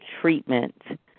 treatment